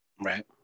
Right